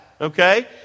okay